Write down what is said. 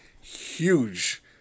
huge